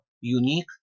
unique